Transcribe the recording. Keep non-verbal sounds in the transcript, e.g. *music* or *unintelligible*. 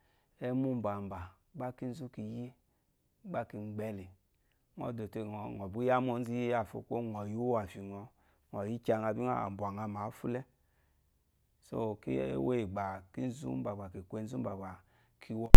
Ɛ́mwú mbambà gbá kínzú ki yí gbá ki mgbɛ́ le. Ŋɔ́ dò te ŋɔ̀ bí yá ma ónzú íiyâ fô, kwuwó ŋgwù ŋɔ̀ yi wu úwàfyì ŋɔɔ̌ yí kyaŋa bí ŋá à mbwà ŋa mǎ fúlɛ́. So ɛ́wó íyì gbà, kínzú úmbà gbà ki kwu e nzu úmbà gbà *unintelligible*